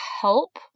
help